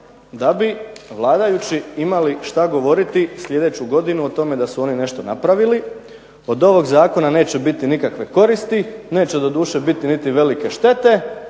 da bi vladajući imali šta govoriti sljedeću godinu o tome da su oni nešto napravili, od ovog zakona neće biti nikakve koristi, neće doduše biti niti velike štete,